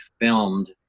filmed